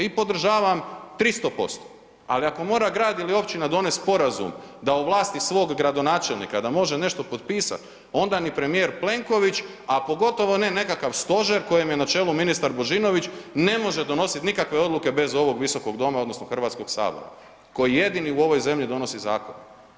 I podržavam 300%, ali ako mora grad ili općina donest sporazum da u vlasti svog gradonačelnika, da može nešto potpisat, onda ni premijer Plenković, a pogotovo ne nekakav stožer kojem je na čelu ministar Božinović ne može donosit nikakve odluke bez ovog Visokog doma, odnosno Hrvatskog sabora koji jedini u ovoj zemlji donosi zakon.